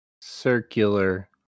circular